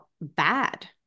bad